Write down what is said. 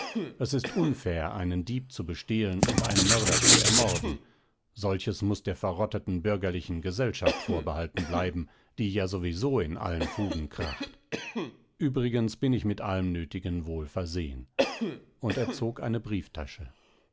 es ist unfair einen dieb zu bestehlen und einen mörder zu ermorden solches muß der verrotteten bürgerlichen gesellschaft vorbehalten bleiben die ja sowieso in allen fugen kracht übrigens bin ich mit allem nötigen wohlversehen und er zog eine brieftasche